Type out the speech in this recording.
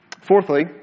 Fourthly